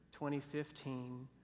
2015